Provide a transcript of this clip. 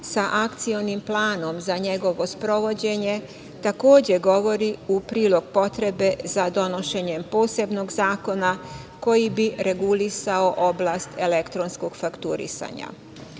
sa akcionim planom za njegovo sprovođenje, takođe govori u prilog potrebe za donošenjem posebnog zakona koji bi regulisao oblast elektronskog fakturisanja. Primenom